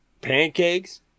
Pancakes